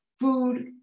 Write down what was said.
food